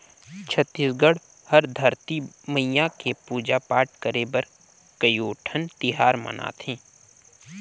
छत्तीसगढ़ हर धरती मईया के पूजा पाठ करे बर कयोठन तिहार मनाथे